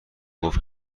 گفت